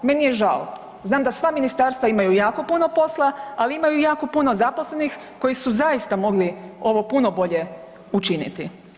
Meni je žao, znam da sva ministarstva imaju jako puno posla, ali imaju i jako puno zaposlenih koji su zaista mogli ovo puno bolje učiniti.